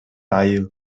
айыл